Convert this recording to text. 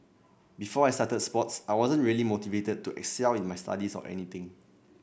before I started sports I wasn't really motivated to excel in my studies or anything